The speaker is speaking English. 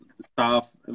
staff